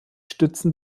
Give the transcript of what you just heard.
stützen